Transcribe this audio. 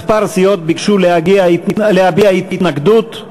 כמה סיעות ביקשו להביע התנגדות,